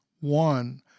one